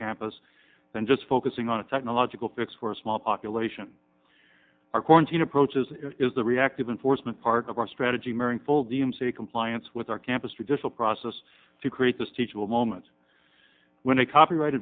campus than just focusing on a technological fix for a small population our quarantine approaches is the reactive enforcement part of our strategy mirroring full d m c compliance with our campus traditional process to create this teachable moment when a copyright